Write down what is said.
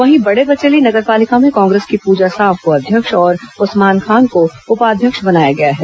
वहीं बड़े बचेली नगर पालिका में कांग्रेस की पूजा साव को अध्यक्ष और उस्मान खान को उपाध्यक्ष बनाया गया है